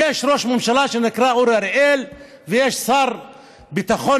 יש ראש ממשלה שנקרא אורי אריאל ויש שר ביטחון